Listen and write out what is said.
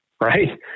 right